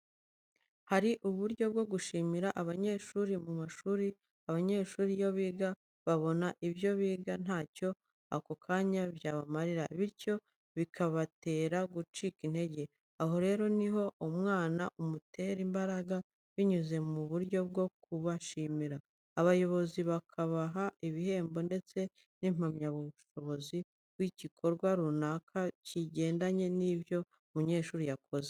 Hari uburyo bwo gushimira abanyeshyuri mu mashuri, abanyeshuri iyo biga babona ibyo biga ntacyo ako kanya byabamarira, bityo bikabatera gucika intege. Aho rero ni ho umwana umuterera imbaraga binyuze mu buryo bwo kubashimira. Abayobozi bakabaha ibihembo ndetse n’impamyabushobozi bw’igikorwa runaka kigendanye n'ibyo umunyeshyuri yakoze.